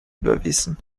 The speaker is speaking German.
überwiesen